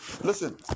Listen